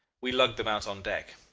we lugged them out on deck.